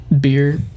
beer